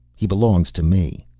he belongs to me.